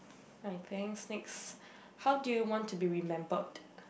I think next how do you want to be remembered